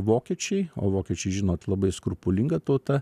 vokiečiai o vokiečiai žinot labai skrupulinga tauta